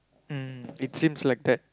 mm it seems like that